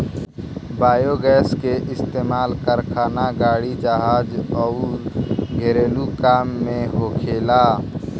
biogas के इस्तमाल कारखाना, गाड़ी, जहाज अउर घरेलु काम में होखेला